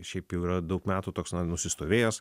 šiaip jau yra daug metų toks nusistovėjęs